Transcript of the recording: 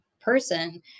person